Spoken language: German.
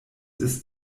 ist